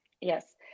Yes